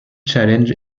challenge